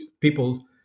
people